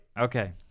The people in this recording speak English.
okay